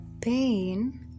pain